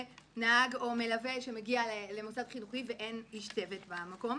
נהג או מלווה שמגיע למוסד חינוכי ואין איש צוות במקום?